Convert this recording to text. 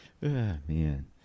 Man